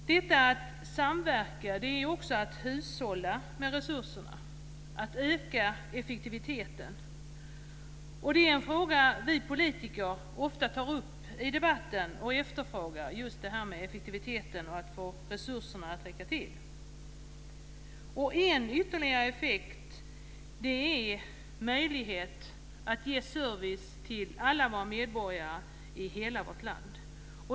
Att samverka är också att hushålla med resurserna, att öka effektiviteten. Det är något som vi politiker ofta tar upp och efterfrågar i debatten, detta med effektiviteten och hur man ska få resurserna att räcka till. En annan sak är möjligheten att ge service till alla våra medborgare i hela vårt land.